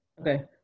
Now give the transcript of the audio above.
Okay